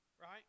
right